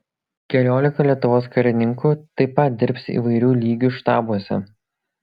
keliolika lietuvos karininkų taip pat dirbs įvairių lygių štabuose